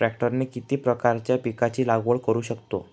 ट्रॅक्टरने किती प्रकारच्या पिकाची लागवड करु शकतो?